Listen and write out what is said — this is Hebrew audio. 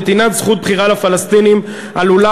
שנתינת זכות בחירה לפלסטינים עלולה,